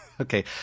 Okay